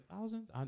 thousands